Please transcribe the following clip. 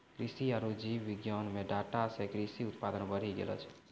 कृषि आरु जीव विज्ञान मे डाटा से कृषि उत्पादन बढ़ी गेलो छै